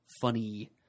funny